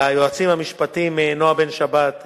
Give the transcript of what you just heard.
ליועצים המשפטיים נועה בן-שבת,